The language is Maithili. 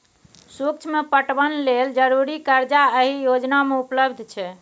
सुक्ष्म पटबन लेल जरुरी करजा एहि योजना मे उपलब्ध छै